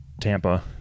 Tampa